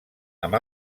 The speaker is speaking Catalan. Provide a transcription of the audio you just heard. amb